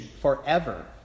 forever